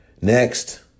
Next